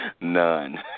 none